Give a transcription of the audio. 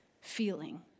feeling